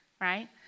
Right